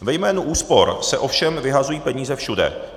Ve jménu úspor se ovšem vyhazují peníze všude.